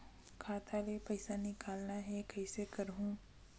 खाता ले पईसा निकालना हे, कइसे करहूं?